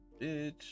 bitch